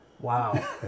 Wow